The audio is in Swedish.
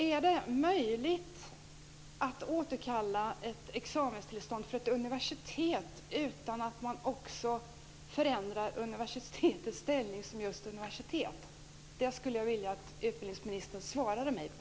Är det möjligt att återkalla ett examenstillstånd för ett universitet utan att man också förändrar universitetets ställning som just universitet? Den frågan skulle jag vilja att utbildningsministern svarade på.